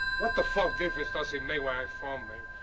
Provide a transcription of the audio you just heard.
what the fuck difference does it make where i'm from,